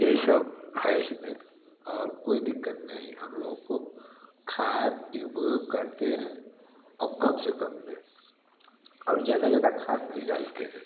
यही सब है इसमें और कोई दिक़्क़त नहीं हम लोगों को खाद उपयोग करते हैं और कम से कम में और ज़्यादा ज़्यादा खाद नहीं डालते हैं